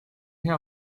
hea